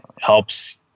helps